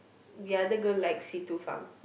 the other girl like